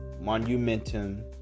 Monumentum